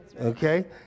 Okay